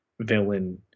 villain